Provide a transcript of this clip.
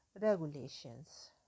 regulations